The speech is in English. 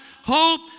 Hope